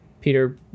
Peter